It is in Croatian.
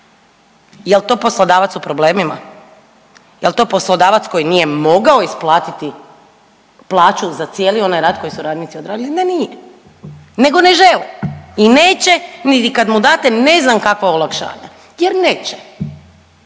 Jel to poslodavac u problemima? Jel to poslodavac koji nije mogao isplatiti plaću za cijeli onaj rad koji su radnici odradili? Ne, nije nego ne želi i neće niti kad mu date ne znam kakva olakšanja jer neće.